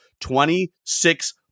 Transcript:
Twenty-six